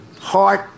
heart